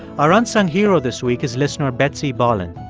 our unsung hero this week is listener betsy bolland.